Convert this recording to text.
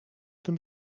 tym